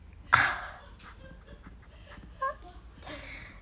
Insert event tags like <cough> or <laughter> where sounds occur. <laughs>